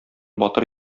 батыр